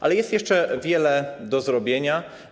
Ale jest jeszcze wiele do zrobienia.